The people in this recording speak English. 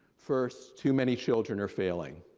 first, too many children are failing.